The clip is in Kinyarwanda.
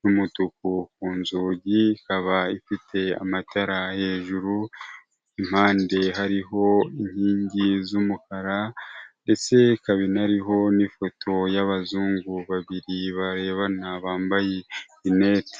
n'umutuku ku nzugi, ikaba ifite amatara hejuru, impande hariho inkingi z'umukara, ndetse ikaba inariho n'ifoto y'abazungu babiri bareba, bambaye rinete.